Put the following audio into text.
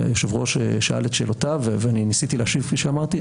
היושב-ראש שאל את שאלותיו ואני ניסיתי להשיב כפי שאמרתי,